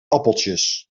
appeltjes